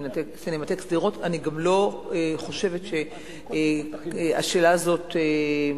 אני בטוחה ששר הפנים יענה לך כשהשאילתא תוגש אליו.